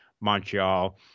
Montreal